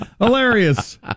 Hilarious